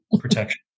protection